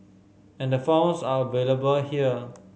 and the forms are available here